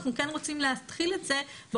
אנחנו כן רוצים להתחיל את זה באוכלוסייה